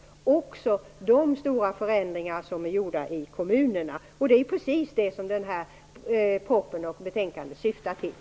Det gäller också de stora förändringar som är gjorda i kommunerna. Det är precis det som den här propositionen och det här betänkandet syftar till.